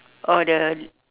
oh the